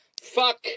fuck